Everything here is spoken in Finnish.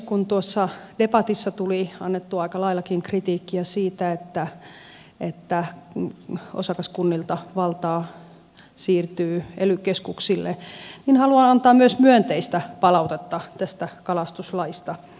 kun tuossa debatissa tuli annettua aika laillakin kritiikkiä siitä että osakaskunnilta valtaa siirtyy ely keskuksille niin haluan antaa myös myönteistä palautetta tästä kalastuslaista